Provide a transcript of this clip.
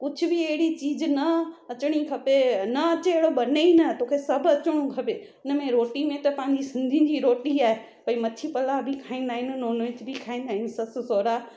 कुझु बि अहिड़ी चीज न अचणी खपे न अचे अहिड़ो बने ई न तोखे सभु अचणो खपे इन में रोटी में त पंहिंजी सिंधियुनि जी रोटी आहे भई मच्छी पला बि खाईंदा आहिनि ऐं नॉनवैज बि खाईंदा आहिनि ससु सहुरा